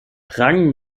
rang